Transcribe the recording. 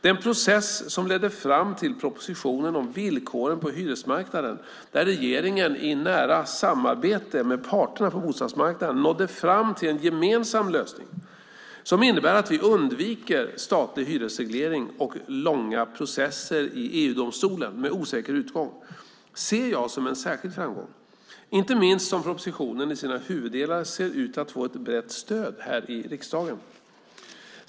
Den process som ledde fram till propositionen om villkoren på hyresmarknaden, där regeringen i nära samarbete med parterna på bostadsmarknaden nådde fram till en gemensam lösning som innebär att vi undviker statlig hyresreglering och långa processer i EU-domstolen med osäker utgång, ser jag som en särskild framgång, inte minst som propositionen i sina huvuddelar ser ut att få ett brett stöd i riksdagen.